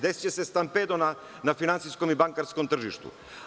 Desiće se stampedo na finansijskom i bankarskom tržištu.